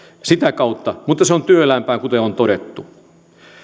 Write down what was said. sitä kautta mutta se on työläämpää kuten on todettu